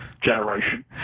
generation